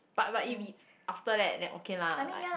but but if if after that then okay lah like